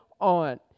on